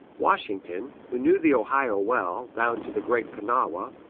washington, who knew the ohio well, down to the great kanawha,